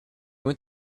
went